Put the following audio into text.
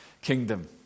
kingdom